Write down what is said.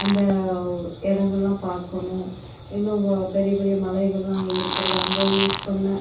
அந்த இடங்கள்லாம் பார்க்கணும் இன்னும் பெரிய பெரிய மலைகள்லாம் இருக்கிறது அங்கே யூஸ் பண்ணிண